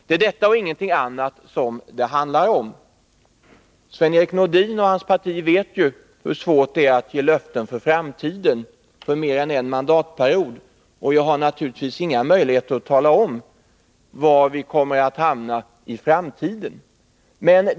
Det är detta och ingenting annat som det handlar om. Sven-Erik Nordin och hans parti vet hur svårt det är att ge löften för framtiden, i varje fall för mer än en mandatperiod, och jag har naturligtvis inga möjligheter att tala om var vi kommer att hamna framöver.